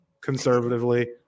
conservatively